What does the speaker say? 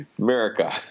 america